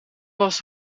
was